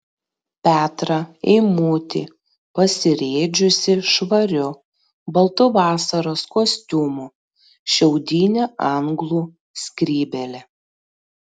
petrą eimutį pasirėdžiusį švariu baltu vasaros kostiumu šiaudine anglų skrybėle